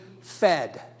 fed